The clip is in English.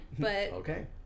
Okay